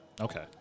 Okay